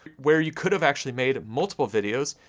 where you could have actually made multiple videos,